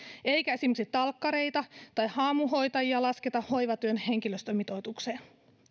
eikä esimerkiksi talkkareita tai haamuhoitajia lasketa hoivatyön henkilöstön mitoitukseen